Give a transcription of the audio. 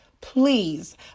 please